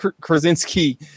Krasinski